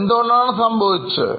എന്തുകൊണ്ടാണ് അങ്ങനെ സംഭവിച്ചത്